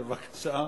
בבקשה,